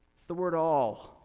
it's the word all.